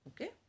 Okay